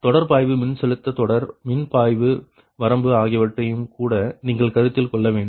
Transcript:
தொடர் பாய்வு மின்செலுத்த தொடர் மின் பாய்வு வரம்பு ஆகியவற்றையும் கூட நீங்கள் கருத்தில் கொள்ள வேண்டும்